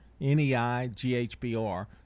N-E-I-G-H-B-R